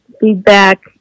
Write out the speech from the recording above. feedback